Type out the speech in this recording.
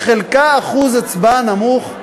שהיה בהן אחוז הצבעה נמוך,